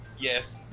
Yes